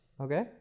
okay